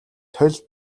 толь